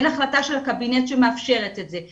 אין החלטה של הקבינט שמאפשרת את זה.